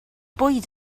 bwyd